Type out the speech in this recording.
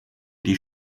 die